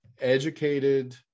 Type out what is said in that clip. educated